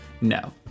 no